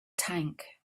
tank